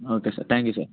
okay sir thank you sir